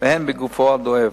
והן בגופו הדואב.